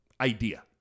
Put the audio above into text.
idea